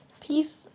Peace